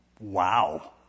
Wow